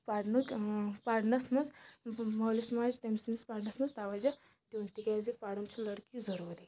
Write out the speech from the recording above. پَرنُک پَرنَس منٛز مٲلِس ماجہِ تٔمۍ سٕنٛدِس پرنَس منٛز تَوَجہ دیُٚن تِکیازِ پَرُن چھُ لٔڑکی ضروٗری